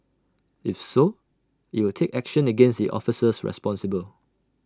if so IT will take action against the officers responsible